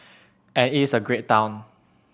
and it's a great town